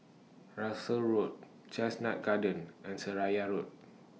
Russels Road Chestnut Gardens and Seraya Road